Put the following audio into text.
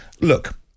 Look